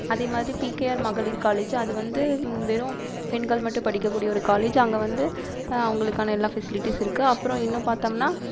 அதேமாதிரி பிகேஆர் மகளிர் காலேஜ் அது வந்து வெறும் பெண்கள் மட்டும் படிக்கக் கூடிய ஒரு காலேஜ் அங்கே வந்து அவங்களுக்கான எல்லா ஃபெசிலிட்டீஸ் இருக்கு அப்றம் இன்னும் பாத்தோம்னா